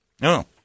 no